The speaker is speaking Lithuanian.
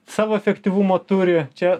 savo efektyvumo turi čia